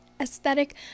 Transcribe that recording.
aesthetic